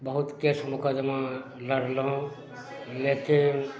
बहुत केस मुकदमा लड़लहुँ लेकिन